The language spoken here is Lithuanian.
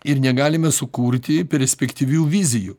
ir negalime sukurti perspektyvių vizijų